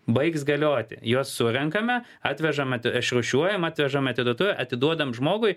baigs galioti juos surenkame atvežame išrūšiuojama atvežame į atiduotuvę atiduodam žmogui